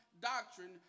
doctrine